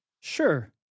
Sure